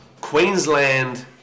Queensland